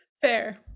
Fair